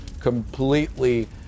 completely